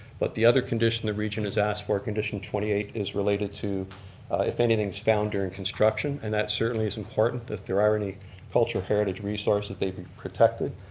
but the other condition the region has asked for condition twenty eight is related to if anything, founder and construction. and that certainly is important if there are any culture heritage resources they'd be protected.